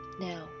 now